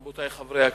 רבותי חברי הכנסת,